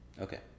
Okay